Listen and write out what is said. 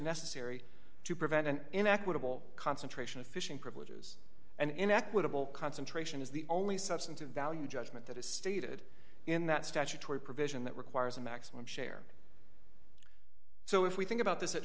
necessary to prevent an inequitable concentration of fishing privileges and inequitable concentration is the only substantive value judgment that is stated in that statutory provision that requires a maximum share so if we think about this at